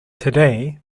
today